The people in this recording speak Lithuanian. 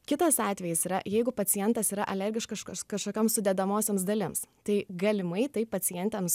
kitas atvejis yra jeigu pacientas yra alergiškaš kaš kažkokiom sudedamosioms dalims tai galimai tai pacientėms